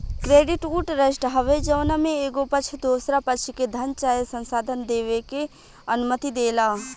credit उ trust हवे जवना में एगो पक्ष दोसरा पक्ष के धन चाहे संसाधन देबे के अनुमति देला